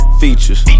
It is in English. features